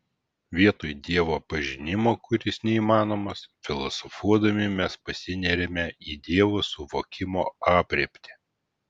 vietoj dievo pažinimo kuris neįmanomas filosofuodami mes pasineriame į dievo suvokimo aprėptį